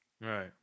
Right